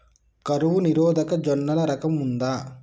కరువు నిరోధక జొన్నల రకం ఉందా?